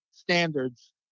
standards